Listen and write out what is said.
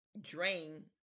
drain